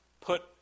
put